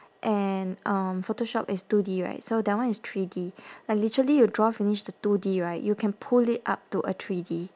and um photoshop is two D right so that one is three D like literally you draw finish the two D right you can pull it up to a three D